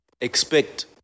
expect